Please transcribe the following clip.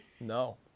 No